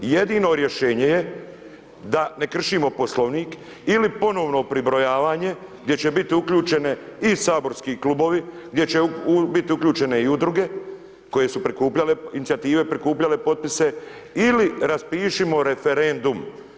Jedino rješenje je da ne kršimo Poslovnik ili ponovno pribrojavanje gdje će biti uključene i saborski klubovi, gdje će biti uključene i udruge koje su prikupljale inicijative, prikupljale potpise ili raspišimo referendum.